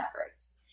efforts